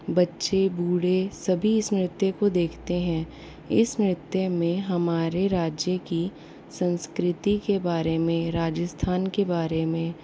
बच्चे बूढ़े सभी इस नृत्य को देखते हैं इस नृत्य में हमारे राज्य की संस्कृति के बारे में राजस्थान के बारे में